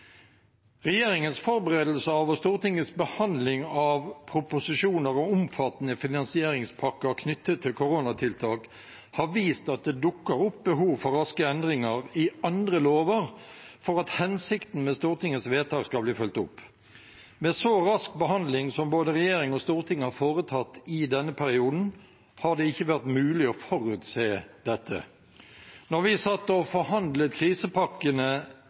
Regjeringens forberedelse og Stortingets behandling av proposisjoner og omfattende finansieringspakker knyttet til koronatiltak har vist at det dukker opp behov for raske endringer i andre lover for at hensikten med Stortingets vedtak skal bli fulgt opp. Med så rask behandling som både regjering og storting har foretatt i denne perioden, har det ikke vært mulig å forutse dette. Da vi satt og forhandlet krisepakkene